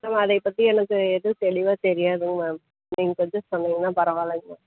ma'am அதைய பற்றி எனக்கு எதுவும் தெளிவாக தெரியாதுங்க மேம் நீங்கள் சஜ்ஜஸ் பண்ணீங்கன்னா பரவால்லைங்க மேம்